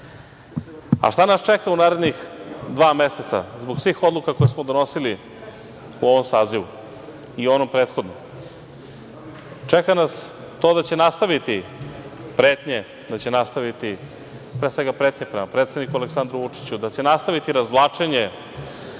nas čeka u narednih dva meseca zbog svih odluka koje smo donosili u ovom sazivu i onom prethodnom? Čeka nas to da će nastaviti pretnje, da će nastaviti, pre svega pretnje prema predsedniku Aleksandru Vučiću, da će nastaviti razvlačenje